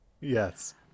Yes